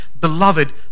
beloved